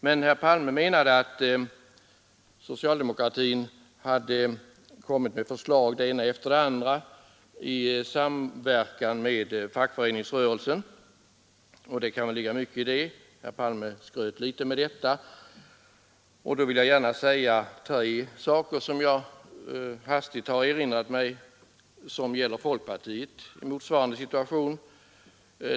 Herr Palme menade att socialdemokratin hade kommit med det ena förslaget efter det andra i samverkan med fackföreningsrörelsen. Det kan ligga mycket i det; herr Palme skröt litet med detta. Jag vill gärna ta upp tre saker som jag hastigt har erinrat mig och som gäller folkpartiet i motsvarande situation.